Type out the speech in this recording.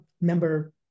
member